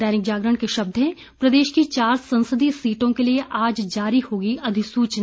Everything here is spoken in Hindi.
दैनिक जागरण के शब्द हैं प्रदेश की चार संसदीय सीटों के लिये आज जारी होगी अधिसूचना